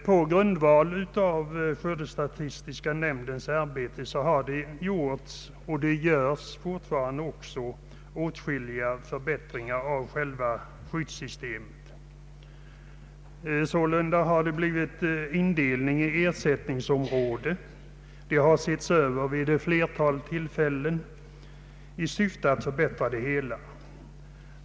På grundval av = skördestatistiska nämndens arbete har det gjorts och görs fortfarande åtskilliga förbättringar av själva skyddssystemet. Sålunda har man gjort en indelning i ersättningsområden, och denna har setts över vid ett flertal tillfällen i syfte att förbättra det hela.